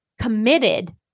committed